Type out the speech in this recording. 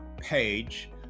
page